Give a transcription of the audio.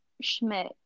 Schmidt